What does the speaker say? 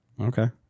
Okay